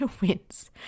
wins